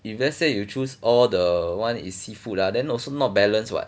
if let's say you choose all the one is seafood lah then also not balance what